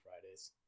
Fridays